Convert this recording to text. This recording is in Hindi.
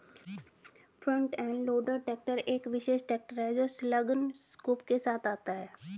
फ्रंट एंड लोडर ट्रैक्टर एक विशेष ट्रैक्टर है जो संलग्न स्कूप के साथ आता है